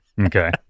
Okay